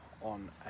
on